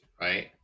right